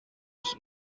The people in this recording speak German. ich